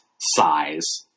size